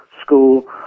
school